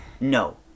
No